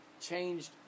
changed